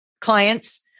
clients